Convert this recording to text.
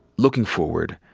looking forward,